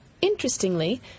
Interestingly